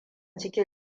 cikin